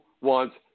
wants